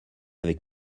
avec